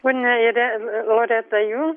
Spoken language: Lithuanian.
ponia ire loreta jums